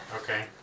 Okay